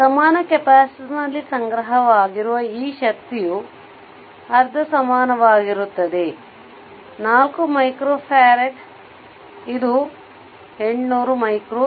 ಸಮಾನ ಕೆಪಾಸಿಟರ್ನಲ್ಲಿ ಸಂಗ್ರಹವಾಗಿರುವ ಈ ಶಕ್ತಿಯು ಅರ್ಧ ಸಮಾನವಾಗಿರುತ್ತದೆ 4 F ಇದು 800 J